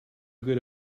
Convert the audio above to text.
good